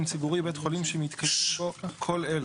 ציבורי" בית חולים שמתקיימים בו כל אלה,